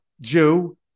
Jew